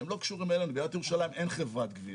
שהם לא קשורים אלינו לעיריית ירושלים אין חברת גבייה,